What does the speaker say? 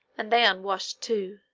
and they unwash'd too,